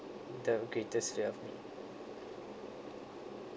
the greatest fear